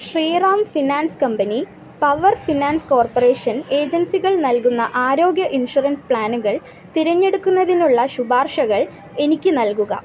Sriram finance company power finance corporation ഏജൻസികൾ നൽകുന്ന ആരോഗ്യ ഇൻഷുറൻസ് പ്ലാനുകൾ തിരഞ്ഞെടുക്കുന്നതിനുള്ള ശുപാർശകൾ എനിക്ക് നൽകുക